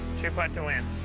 two putt to win.